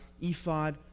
ephod